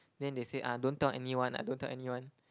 then they said uh don't tell anyone ah don't tell anyone